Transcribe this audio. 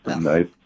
Nice